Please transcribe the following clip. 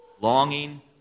Longing